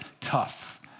tough